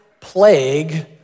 plague